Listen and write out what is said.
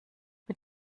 mit